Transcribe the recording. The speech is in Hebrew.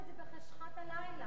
איך הציבור ידע את העובדות?